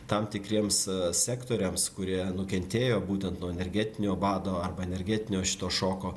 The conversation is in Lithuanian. tam tikriems sektoriams kurie nukentėjo būtent nuo energetinio bado arba energetinio šito šoko